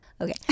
Okay